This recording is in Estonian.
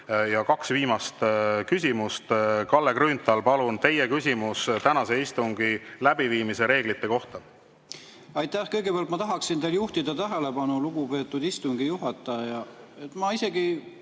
kaks viimast küsimust. Kalle Grünthal, palun, teie küsimus tänase istungi läbiviimise reeglite kohta! Aitäh! Kõigepealt ma tahaksin juhtida tähelepanu sellele, lugupeetud istungi juhataja, et ma isegi